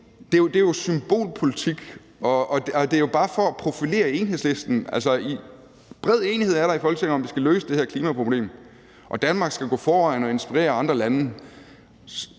det er jo symbolpolitik, og det er bare for at profilere Enhedslisten. Altså, der er bred enighed i Folketinget om, at vi skal løse det her klimaproblem, og at Danmark skal gå foran og inspirere andre lande.